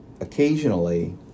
occasionally